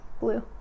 blue